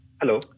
Hello